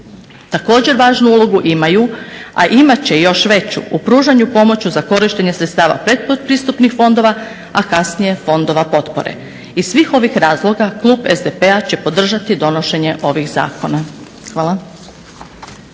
Također važnu ulogu imaju, a imat će još veću u pružanju pomoći za korištenje sredstava predpristupnih fondova a kasnije fondova potpore. Iz svih ovih razloga klub SDP-a će podržati donošenje ovih zakona. Hvala.